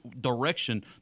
direction